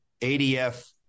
ADF